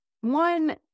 one